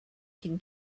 can